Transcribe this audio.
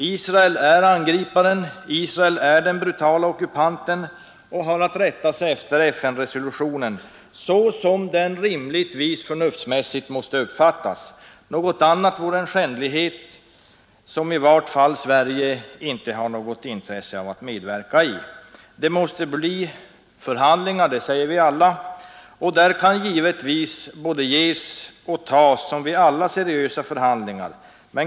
Israel är angriparen, Israel är den brutale ockupanten och har att rätta sig efter FN-resolutionen så som den rimligtvis måste uppfattas. Något annat vore en skändlighet som i vart fall Sverige inte har något intresse av att medverka i. Det måste bli förhandlingar — det anser vi alla — och där kan givetvis både ges och tas som vid alla seriösa förhandlingar.